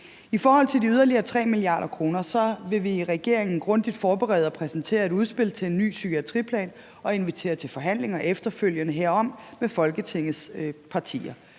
I forhold til de yderligere 3 mia. kr. vil vi i regeringen grundigt forberede at præsentere et udspil til en ny psykiatriplan og invitere til forhandlinger efterfølgende herom med Folketingets partier.